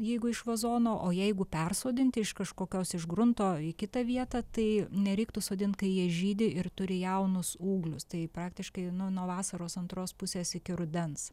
jeigu iš vazono o jeigu persodinti iš kažkokios iš grunto į kitą vietą tai nereiktų sodint kai jie žydi ir turi jaunus ūglius tai praktiškai nu nuo vasaros antros pusės iki rudens